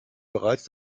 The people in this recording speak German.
bereits